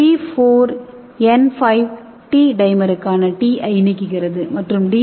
இந்த T4N5 T டைமருக்கான T I நீக்குகிறது மற்றும் டி